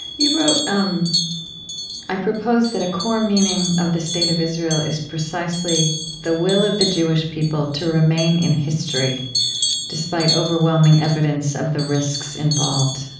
you wrote, um i propose that a core meaning of the state of israel is precisely the will of the jewish people to remain in history despite overwhelming evidence of the risks involved.